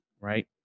right